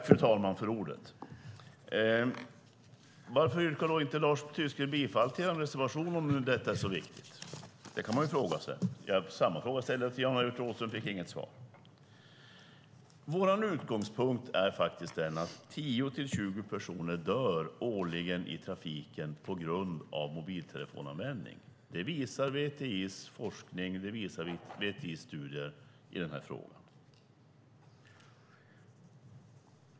Fru talman! Varför yrkar inte Lars Tysklind bifall till reservationen om nu detta är så viktigt? Det kan man fråga sig. Samma fråga ställde jag till Jan-Evert Rådhström, men jag fick inget svar. Vår utgångspunkt är den att 10-20 personer dör årligen i trafiken på grund av mobiltelefonanvändning. Det visar VTI:s forskning och studier i denna fråga.